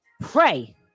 pray